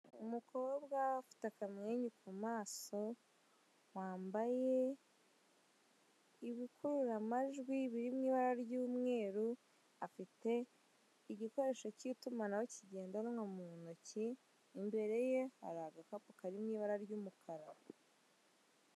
Umukobwa ufite akamwenyu ku maso, wambaye ibikururamajwi biri mu ibara ry'umweru, afite igikoresho cy'itumanaho kigendanwa mu ntoki, imbere ye hari agakapu kari mu ibara ry'umukara.